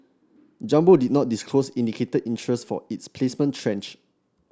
Jumbo did not disclose indicated interest for its placement tranche